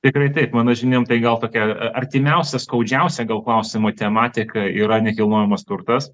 tikrai taip mano žiniom tai gal tokia artimiausia skaudžiausia gal klausimų tematika yra nekilnojamas turtas